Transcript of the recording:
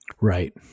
Right